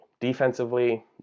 Defensively